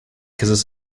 kisses